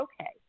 okay